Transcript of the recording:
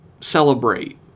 celebrate